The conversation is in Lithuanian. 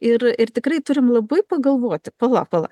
ir ir tikrai turim labai pagalvoti pala pala